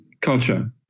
culture